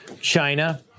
China